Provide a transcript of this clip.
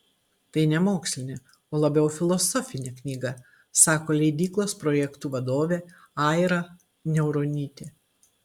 tai ne mokslinė o labiau filosofinė knyga sako leidyklos projektų vadovė aira niauronytė